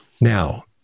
Now